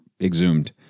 exhumed